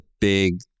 big